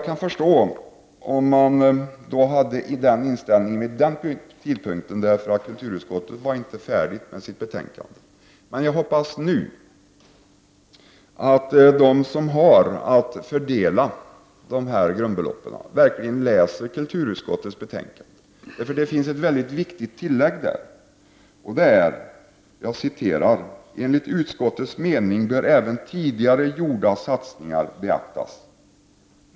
Kulturutskottet var vid den tidpunkten inte färdigt med betänkandet. Men jag hoppas nu att de som har att fördela dessa grundbelopp verkligen läser kulturutskottets betänkande. Det finns ett mycket viktigt tillägg där, att enligt utskottets mening bör även tidigare gjorda satsningar beaktas.